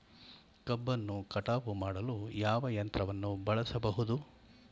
ಕಬ್ಬನ್ನು ಕಟಾವು ಮಾಡಲು ಯಾವ ಯಂತ್ರವನ್ನು ಬಳಸಬಹುದು?